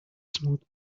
smooth